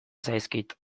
zaizkit